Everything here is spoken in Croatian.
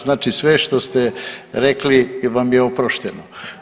Znači sve što ste rekli vam je oprošteno.